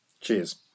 Cheers